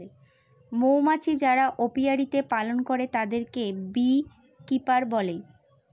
মৌমাছি যারা অপিয়ারীতে পালন করে তাদেরকে বী কিপার বলে